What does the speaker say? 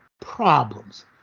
problems